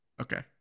Okay